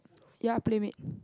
ya playmate